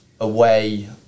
away